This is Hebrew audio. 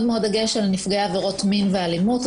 מאוד דגש על נפגעי עבירות מין ואלימות.